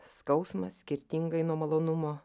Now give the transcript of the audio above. skausmas skirtingai nuo malonumo